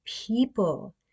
people